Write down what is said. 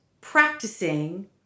practicing